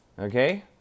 Okay